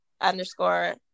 Underscore